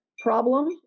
problem